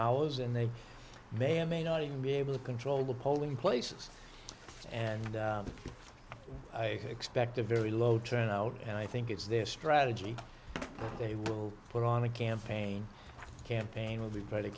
hours and they may or may not even be able to control the polling places and i expect a very low turnout and i think it's their strategy they will put on a campaign campaign will be